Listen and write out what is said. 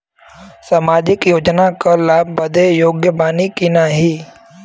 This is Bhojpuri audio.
सामाजिक योजना क लाभ बदे योग्य बानी की नाही?